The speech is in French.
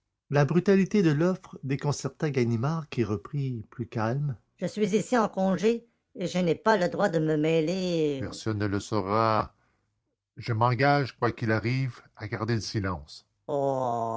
la brutalité de l'offre déconcerta ganimard qui reprit plus calme je suis ici en congé et je n'ai pas le droit de me mêler personne ne le saura je m'engage quoi qu'il arrive à garder le silence